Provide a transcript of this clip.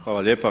Hvala lijepa.